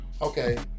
okay